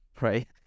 right